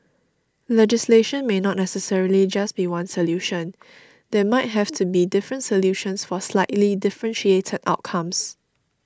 legislation may not necessarily just be one solution there might have to be different solutions for slightly differentiated outcomes